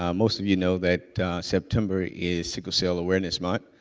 um most of you know that september is sickle cell awareness month,